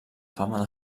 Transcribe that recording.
fama